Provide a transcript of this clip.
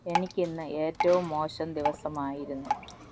എനിക്കിന്ന് ഏറ്റവും മോശം ദിവസമായിരുന്നു